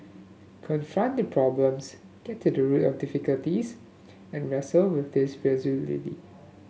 confront the problems get to the root of the difficulties and wrestle with these resolutely